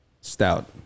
Stout